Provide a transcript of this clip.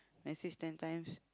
message ten times